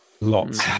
Lots